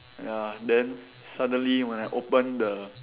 ya then suddenly when I open the